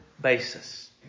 basis